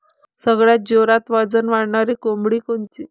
सगळ्यात जोरात वजन वाढणारी कोंबडी कोनची?